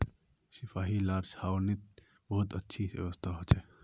सिपाहि लार छावनीत बहुत अच्छी व्यवस्था हो छे